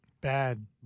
Bad